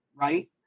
right